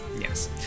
yes